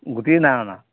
গোটি নাই অনা